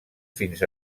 fins